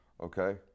okay